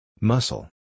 Muscle